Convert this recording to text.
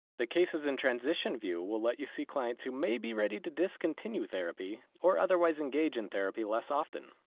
the cases in transition view will let you see clients who may be ready to discontinue therapy, or otherwise engage in therapy less often.